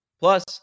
Plus